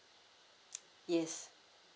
yes